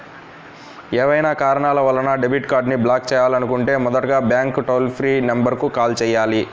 ఏవైనా కారణాల వలన డెబిట్ కార్డ్ని బ్లాక్ చేయాలనుకుంటే మొదటగా బ్యాంక్ టోల్ ఫ్రీ నెంబర్ కు కాల్ చేయాలి